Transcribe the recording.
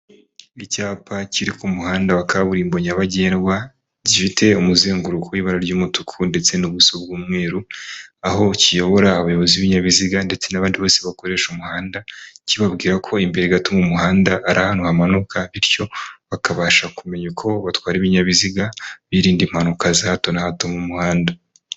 Icyapa kiri ku muhanda wa kaburimbo nyabagendwa gifite umuzinnguruko w'ibara ry'umutuku ndetse n'ubuso bw'umweru aho kiyobora abayobozi b'ibinbiziga ndetse n'abandi bose bakoresha umuhanda kibabwira ko imbere gato mumuhanda ari ahantu hamanuka bityo bakabasha kumenya uko batwara ibinyabiziga birinda impanuka za hato na hato mu muhanda.